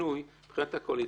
שינוי מבחינת הקואליציה.